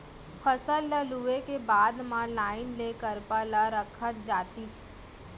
फसल ल लूए के बाद म लाइन ले करपा ल रखत जातिस